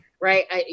right